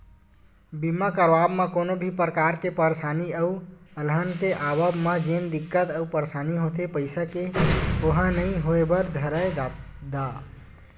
बीमा करवाब म कोनो भी परकार के परसानी अउ अलहन के आवब म जेन दिक्कत अउ परसानी होथे पइसा के ओहा नइ होय बर धरय जादा